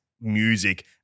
music